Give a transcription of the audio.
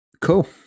Cool